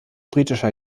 britischer